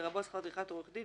לרבות שכר טרחת עורך דין,